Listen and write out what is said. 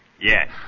Yes